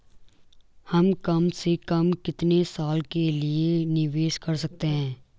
हम कम से कम कितने साल के लिए निवेश कर सकते हैं?